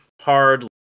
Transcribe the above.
hard